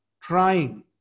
trying